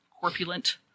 corpulent